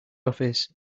office